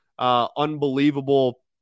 Unbelievable